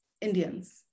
Indians